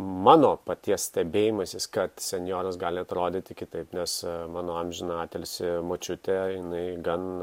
mano paties stebėjimasis kad senjoras gali atrodyti kitaip nes mano amžiną atilsį močiutė jinai gan